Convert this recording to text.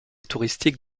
touristique